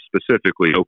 specifically